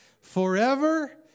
forever